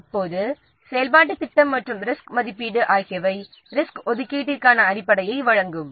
இப்போது செயல்பாட்டுத் திட்டமும் ரிஸ்க் மதிப்பீடும் ரிசோர்ஸ் ஒதுக்கீட்டிற்கான அடிப்படையை வழங்கும்